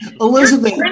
Elizabeth